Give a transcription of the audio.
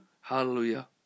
Hallelujah